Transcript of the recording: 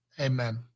Amen